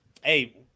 hey